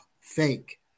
Fake